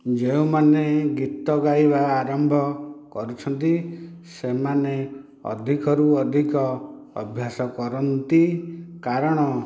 ଯେଉଁମାନେ ଗୀତ ଗାଇବା ଆରମ୍ଭ କରୁଛନ୍ତି ସେମାନେ ଅଧିକ ରୁ ଅଧିକ ଅଭ୍ୟାସ କରନ୍ତି କାରଣ